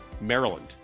Maryland